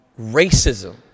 racism